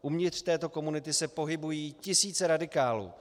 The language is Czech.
Uvnitř této komunity se pohybují tisíce radikálů.